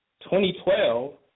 2012